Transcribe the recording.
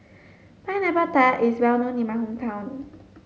pineapple tart is well known in my hometown